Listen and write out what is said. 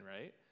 right